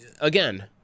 again